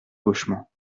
gauchement